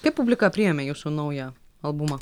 kaip publika priėmė jūsų naują albumą